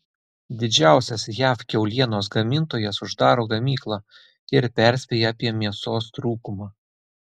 didžiausias jav kiaulienos gamintojas uždaro gamyklą ir perspėja apie mėsos trūkumą